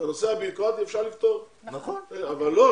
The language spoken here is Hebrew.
את הנושא הבירוקרטי אפשר לפתור אבל מה לעשות,